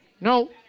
no